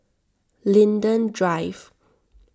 Linden Drive